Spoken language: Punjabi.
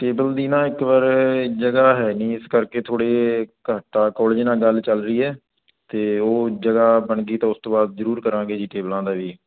ਟੇਬਲ ਦੀ ਨਾ ਇੱਕ ਵਾਰ ਜਗ੍ਹਾ ਹੈ ਨਹੀਂ ਇਸ ਕਰਕੇ ਥੋੜੇ ਘੱਟ ਆ ਕਾਲਜ ਨਾਲ ਗੱਲ ਚੱਲ ਰਹੀ ਹੈ ਤੇ ਉਹ ਜਗਹਾ ਬਣ ਗਈ ਤਾਂ ਉਸ ਤੋਂ ਬਾਅਦ ਜਰੂਰ ਕਰਾਂਗੇ ਜੀ ਟੇਬਲਾਂ ਦਾ ਵੀ